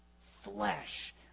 flesh